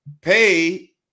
pay